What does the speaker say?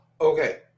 Okay